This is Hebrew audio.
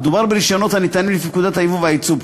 מדובר ברישיונות הניתנים לפי פקודת היבוא והיצוא.